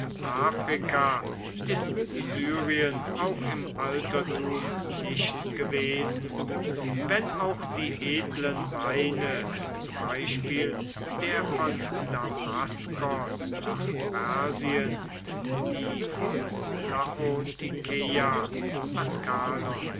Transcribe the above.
afrika ist syrien auch im altertum nicht gewesen wenn auch die edlen weine zum beispiel der von damaskos nach persien die von